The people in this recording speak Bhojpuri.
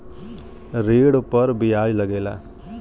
ऋण पर बियाज लगेला